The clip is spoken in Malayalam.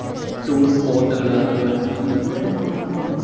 ടൂറിസ്റ്റ് സ്പോട്ടുകൾ അതുപോലെ നമ്മളിതുവരെ നമ്മള് കാണാൻ പറ്റാത്ത